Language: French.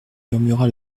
murmura